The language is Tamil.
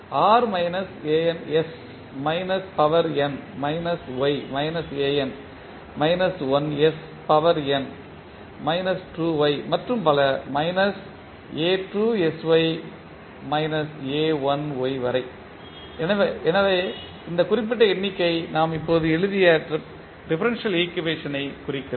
r minus an s minus power n minus y minus an minus 1 s power n minus 2y மற்றும் பல மைனஸ் a2sy மைனஸ் a1y வரை எனவே இந்த குறிப்பிட்ட எண்ணிக்கை நாம் இப்போது எழுதிய டிஃபரன்ஷியல் ஈக்குவேஷன் குறிக்கிறது